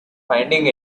finding